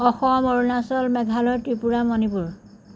Assam Arunachal Meghalaya Tripura Manipur